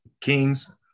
Kings